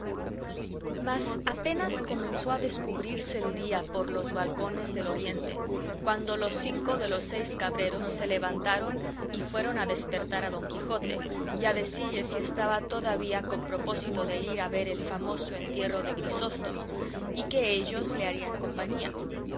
mas apenas comenzó a descubrirse el día por los balcones del oriente cuando los cinco de los seis cabreros se levantaron y fueron a despertar a don quijote y a decille si estaba todavía con propósito de ir a ver el famoso entierro de grisóstomo y que ellos le harían compañía